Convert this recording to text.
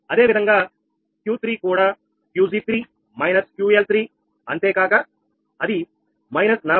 అదేవిధంగా Q3 కూడా 𝑄𝑔3−𝑄𝐿3 అంతేకాక అది −45